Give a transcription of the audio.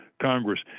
Congress